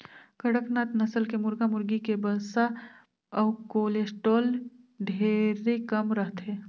कड़कनाथ नसल के मुरगा मुरगी में वसा अउ कोलेस्टाल ढेरे कम रहथे